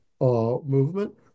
movement